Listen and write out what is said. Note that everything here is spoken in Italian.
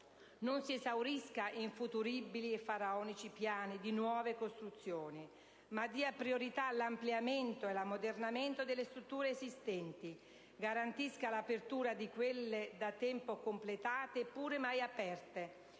non si esaurisca in futuribili e faraonici piani di nuove costruzioni, ma dia priorità all'ampliamento e all'ammodernamento delle strutture esistenti, garantisca l'apertura di quelle da tempo completate ed eppure mai aperte,